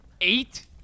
Eight